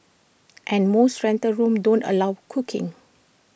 and most rental rooms don't allow cooking